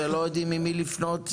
לא יודעים למי לפנות,